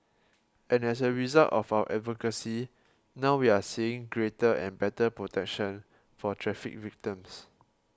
and as a result of our advocacy now we're seeing greater and better protection for traffic victims